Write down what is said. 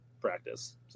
practice